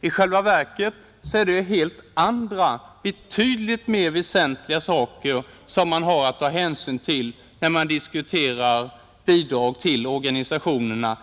I själva verket är det helt andra, betydligt mer väsentliga saker, man har att ta hänsyn till när man diskuterar bidrag till organisationerna.